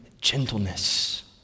gentleness